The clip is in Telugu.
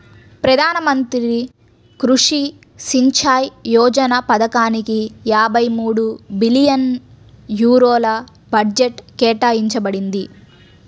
ప్రధాన మంత్రి కృషి సించాయ్ యోజన పథకానిక యాభై మూడు బిలియన్ యూరోల బడ్జెట్ కేటాయించబడింది